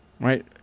Right